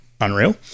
Unreal